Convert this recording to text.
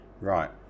Right